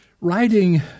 Writing